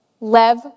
lev